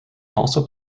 also